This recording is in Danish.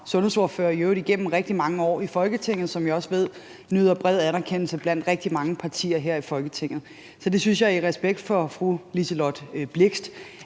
sundhedsordfører i øvrigt igennem rigtig mange år i Folketinget, og som jeg også ved nyder bred anerkendelse blandt rigtig mange partier her i Folketinget. Så jeg synes i respekt for fru Liselott Blixt,